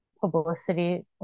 publicity